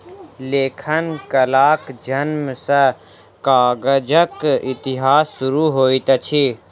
लेखन कलाक जनम सॅ कागजक इतिहास शुरू होइत अछि